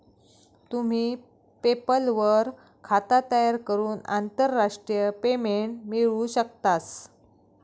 तुम्ही पेपल वर खाता तयार करून आंतरराष्ट्रीय पेमेंट मिळवू शकतास